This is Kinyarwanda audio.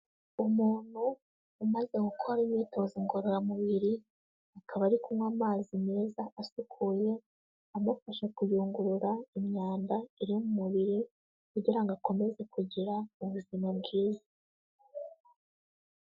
Umuntu umaze gukora imyitozo ngororamubiri, akaba ari kunywa amazi meza asukuye amufasha kuyungurura imyanda iri mu mubiri, kugira ngo akomeze kugira ubuzima bwiza.